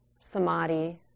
samadhi